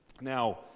now